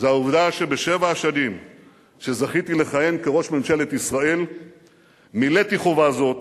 זה העובדה שבשבע השנים שזכיתי לכהן כראש ממשלת ישראל מילאתי חובה זאת